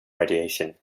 radiation